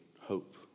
hope